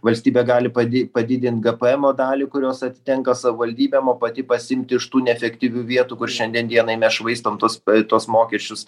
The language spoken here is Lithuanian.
valstybė gali padid padidint gepemo dalį kurios atitenka savivaldybėm o pati pasiimt iš tų neefektyvių vietų kur šiandien dienai mes švaistom tuos e tuos mokesčius